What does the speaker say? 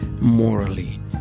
morally